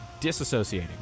Disassociating